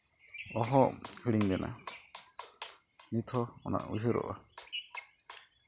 ᱚᱦᱚ ᱦᱤᱲᱤᱧ ᱞᱮᱱᱟ ᱱᱤᱛ ᱦᱚᱸ ᱚᱱᱟ ᱩᱭᱦᱟᱹᱨᱚᱜᱼᱟ